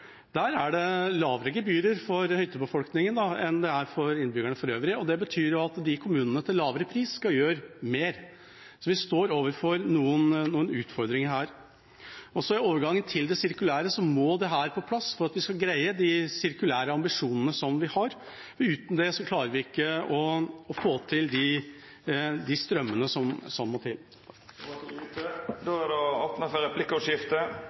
Der er det lavere gebyrer for hyttebefolkningen enn det er for innbyggerne for øvrig. Det betyr at disse kommunene skal gjøre mer til en lavere pris. Så vi står overfor noen utfordringer her. I overgangen til det sirkulære må dette på plass for at vi skal kunne oppfylle de sirkulære ambisjonene som vi har. Uten det klarer vi ikke å få til de strømmene som må til. Det vert replikkordskifte.